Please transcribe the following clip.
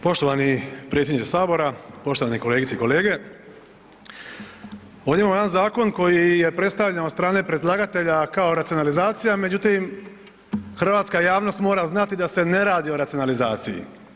Poštovani predsjedniče sabora, poštovane kolegice i kolege, ovdje imamo jedan zakon koji je predstavljen od strane predlagatelja kao racionalizacija međutim, hrvatska javnost mora znati da se ne radi o racionalizaciji.